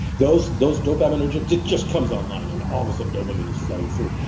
those those dopaminergic did just comes online and all of a sudden dopamine is flooding through.